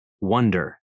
wonder